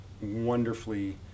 wonderfully